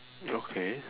okay